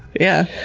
yeah.